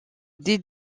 des